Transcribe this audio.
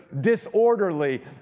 disorderly